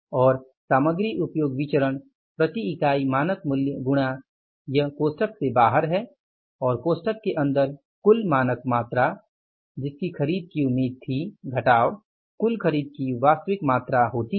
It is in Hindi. और सामग्री उपयोग विचरण प्रति इकाई मानक मूल्य गुणा यह कोष्ठक से बाहर है और कोष्ठक के अन्दर कुल मानक मात्रा जिसके खरीद की उम्मीद थी घटाव कुल खरीद की वास्तविक मात्रा होती है